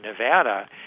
nevada